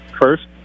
first